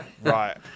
right